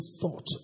thought